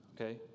Okay